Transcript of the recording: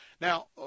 Now